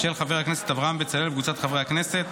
של חבר הכנסת אברהם בצלאל וקבוצת חברי הכנסת.